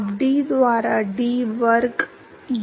विद्यार्थी U की प्रवृत्ति 099 है